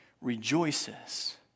rejoices